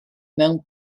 mewn